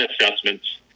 assessments